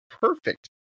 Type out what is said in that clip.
perfect